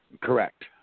Correct